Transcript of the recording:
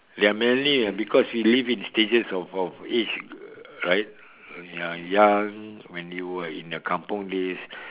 there are many ah because we live in stages of of age right ya young when you were in your kampung days